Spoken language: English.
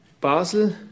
Basel